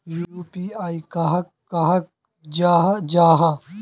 UPI कहाक कहाल जाहा जाहा?